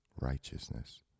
righteousness